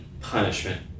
punishment